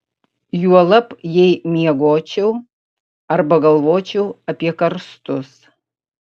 juolab jei miegočiau arba galvočiau apie karstus